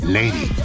Lady